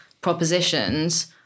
propositions